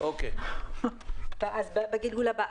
אולי בגלגול הבא.